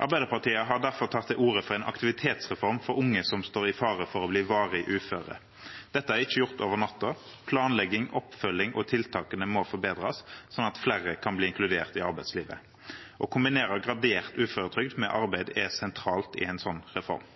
Arbeiderpartiet har derfor tatt til orde for en aktivitetsreform for unge som står i fare for å bli varig uføre. Dette er ikke gjort over natten. Planlegging, oppfølging og tiltak må forbedres, sånn at flere kan bli inkludert i arbeidslivet. Å kombinere gradert uføretrygd med arbeid er sentralt i en sånn reform.